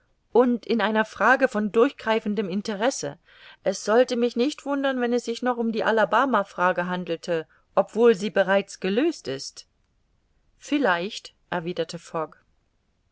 und in einer frage von durchgreifendem interesse es sollte mich nicht wundern wenn es sich noch um die alabamafrage handelte obwohl sie bereits gelöst ist vielleicht